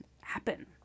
happen